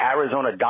Arizona